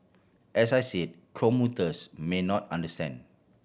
as I said commuters may not understand